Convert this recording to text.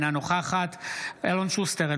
אינה נוכחת אלון שוסטר,